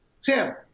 Sam